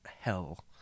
hell